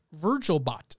VirgilBot